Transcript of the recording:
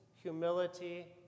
humility